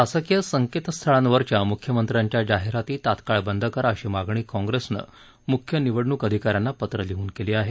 शासकीय संकेतस्थळांवरच्या मुख्यमंत्र्यांच्या जाहिराती तात्काळ बंद करा अशी मागणी काँप्रेसनं मुख्य निवडणुक अधिका यांना पत्र लिहून केली आहे